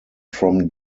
from